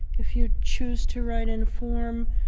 if you choose to write in form,